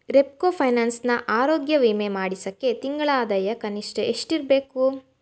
ರೆಪ್ಕೋ ಫೈನಾನ್ಸ್ನ ಆರೋಗ್ಯ ವಿಮೆ ಮಾಡಿಸಕ್ಕೆ ತಿಂಗಳ ಆದಾಯ ಕನಿಷ್ಠ ಎಷ್ಟಿರಬೇಕು